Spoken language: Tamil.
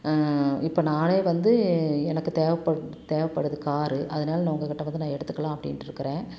இப்போ நானே வந்து எனக்கு தேவப்பட்து தேவைப்படுது காரு அதனால் நான் உங்கக்கிட்டே வந்து நான் எடுத்துக்கலாம் அப்டின்ட்ருக்கிறேன்